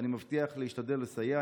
ואני מבטיח להשתדל לסייע.